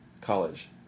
college